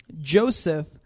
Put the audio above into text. Joseph